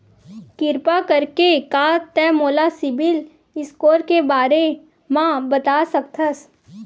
किरपा करके का तै मोला सीबिल स्कोर के बारे माँ बता सकथस?